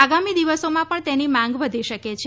આગામી દિવસોમાં પણ તેની માંગ વધી શકે છે